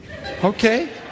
Okay